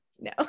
no